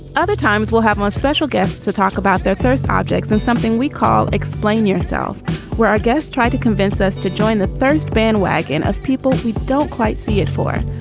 other times we'll have more special guests to talk about their thoughts, objects and something we call explain yourself where our guests try to convince us to join the thirst bandwagon of people who don't quite see it for.